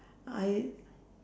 I